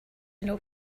know